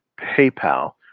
paypal